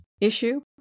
issue